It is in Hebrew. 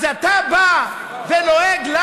אז אתה בא ולועג לנו?